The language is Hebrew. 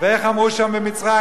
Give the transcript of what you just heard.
ואיך אמרו שם במצרים?